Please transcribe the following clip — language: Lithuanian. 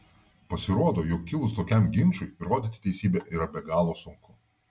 pasirodo jog kilus tokiam ginčui įrodyti teisybę yra be galo sunku